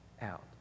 out